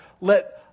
let